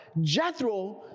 Jethro